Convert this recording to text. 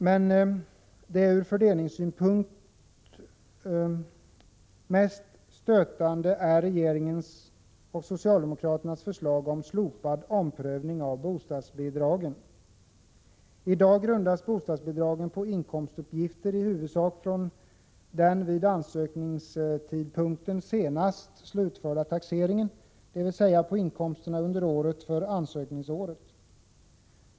Men det ur fördelningspolitisk synpunkt mest stötande är regeringens och socialdemokraternas förslag om slopad omprövning av bostadsbidragen. I dag grundas bostadsbidragen på inkomstuppgifter i huvudsak från den vid ansökningstidpunkten senast slutförda taxeringen, dvs. på inkomsterna under året före ansökningsåret.